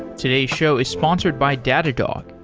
today's show is sponsored by datadog,